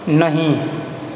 नहि